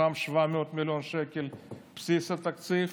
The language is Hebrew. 700 מיליון שקל מתוכם לבסיס התקציב